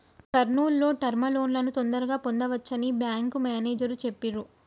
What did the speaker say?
కర్నూల్ లో టర్మ్ లోన్లను తొందరగా పొందవచ్చని బ్యేంకు మేనేజరు చెప్పిర్రు